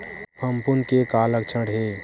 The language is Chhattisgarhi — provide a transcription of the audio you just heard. फफूंद के का लक्षण हे?